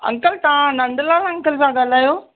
uncle तव्हां Nandlal uncle था ॻाल्हायो